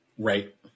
Right